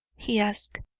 he asked.